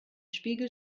spiegel